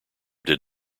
did